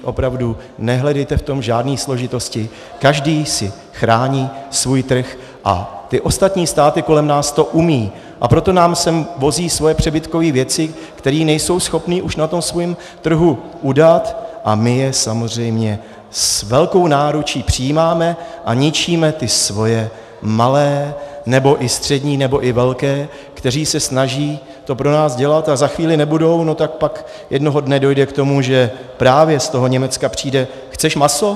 Opravdu, nehledejte v tom žádné složitosti, každý si chrání svůj trh a ty ostatní státy kolem nás to umí, a proto nám sem vozí svoje přebytkové věci, které nejsou schopny už na svém trhu udat, a my je samozřejmě s velkou náručí přijímáme a ničíme ty svoje malé nebo i střední nebo i velké, kteří se snaží to pro nás dělat a za chvíli nebudou, no tak pak jednoho dne dojde k tomu, že právě z toho Německa přijde: Chceš maso?